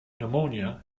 pneumonia